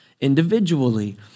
individually